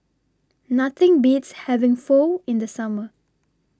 Nothing Beats having Pho in The Summer